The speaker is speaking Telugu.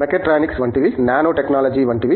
మెకాట్రోనిక్స్ వంటివి నానోటెక్నాలజీ వంటివి